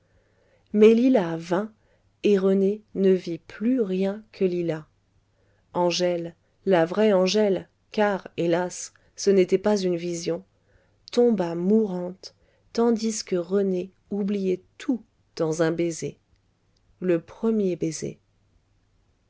vint et rené ne vit plus rien que lila angèle la vraie angèle car hélas ce n'était pas une vision tomba mourante tandis que rené oubliait tout dans un baiser le premier baiser